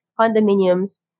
condominiums